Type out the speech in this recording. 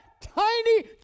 tiny